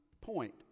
point